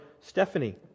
Stephanie